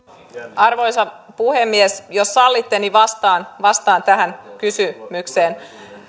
arvoisa puhemies jos sallitte niin vastaan vastaan tähän kysymykseen